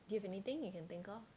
do you have anything you can think of